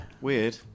Weird